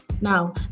Now